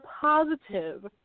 positive